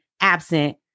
absent